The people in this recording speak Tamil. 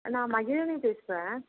நான் மகிழினி பேசுகிறேன்